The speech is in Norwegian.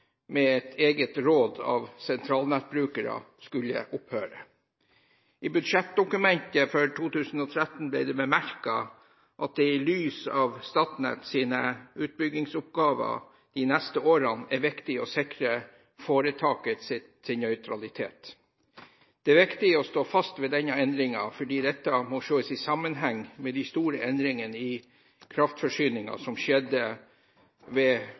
med et eget råd av sentralnettbrukere skulle opphøre. I budsjettdokumentet for 2013 ble det bemerket at det i lys av Statnetts store utbyggingsoppgaver de neste årene er viktig å sikre foretakets nøytralitet. Det er viktig å stå fast ved denne endringen, fordi dette må ses i sammenheng med de store endringene i kraftforsyningen som skjedde ved